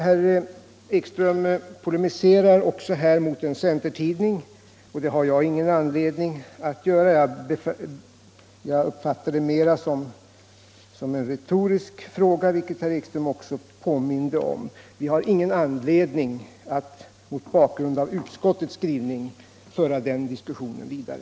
Herr Ekström polemiserade här mot en centertidning, men jag har inte anledning att bemöta honom. Jag fattade det mera som en retorisk fråga, som herr Ekström också påminde om. Jag har alltså ingen anledning att mot bakgrund av utskottets skrivning, som inte lämnade något tvivel om våra avsikter, föra den diskussionen vidare.